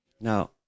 Now